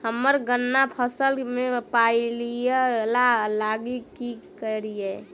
हम्मर गन्ना फसल मे पायरिल्ला लागि की करियै?